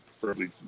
preferably